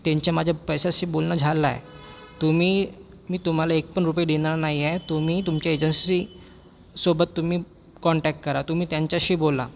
त्यांचा माझं पैशाशी बोलणं झालं आहे तुम्ही मी तुम्हाला एक पण रुपया देणार नाही आहे तुम्ही तुमचे एजन्सीसोबत तुम्ही कॉन्टॅक्ट करा तुम्ही त्यांच्याशी बोला